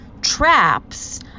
traps